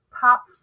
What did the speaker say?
pop